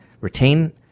retain